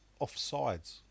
offsides